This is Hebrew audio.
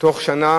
תוך שנה